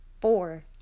Four